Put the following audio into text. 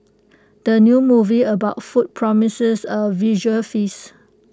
the new movie about food promises A visual feast